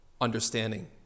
understanding